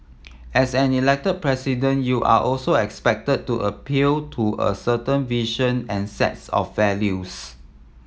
as an Elected President you are also expected to appeal to a certain vision and sets of values